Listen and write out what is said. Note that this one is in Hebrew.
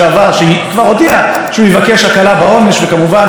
וכמובן הוא גם הסביר שהכול היה ממניעים אידאולוגיים,